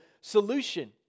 solution